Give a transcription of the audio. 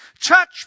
Touch